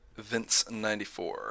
Vince94